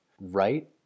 Right